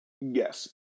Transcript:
yes